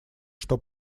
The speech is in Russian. что